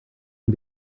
can